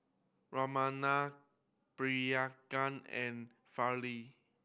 Ramnath Priyanka and Fali